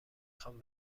خوام